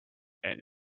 and